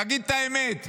תגיד את האמת,